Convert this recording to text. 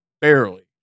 barely